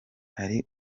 hari